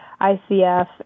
ICF